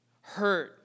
hurt